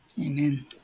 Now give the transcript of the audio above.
Amen